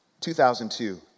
2002